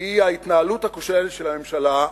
היא "ההתנהלות הכושלת של הממשלה",